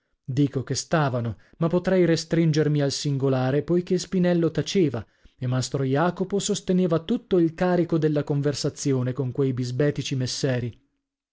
dico che stavano ma potrei restringermi al singolare poichè spinello taceva e mastro jacopo sosteneva tutto il carico della conversazione con quei bisbetici messeri